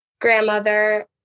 grandmother